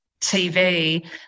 TV